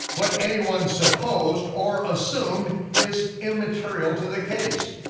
what anyone supposed or assumed is immaterial to the case.